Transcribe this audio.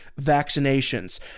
vaccinations